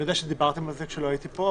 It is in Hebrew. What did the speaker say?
אני יודע שדיברתם על זה כשלא הייתי פה,